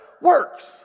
works